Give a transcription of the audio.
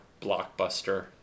Blockbuster